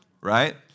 Right